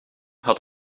had